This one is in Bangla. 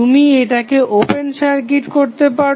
তুমি এটাকে ওপেন সার্কিট করতে পারো